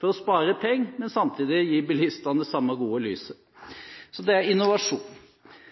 for å spare penger, men samtidig gitt bilistene det samme gode lyset. Det er innovasjon.